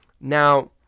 Now